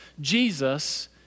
Jesus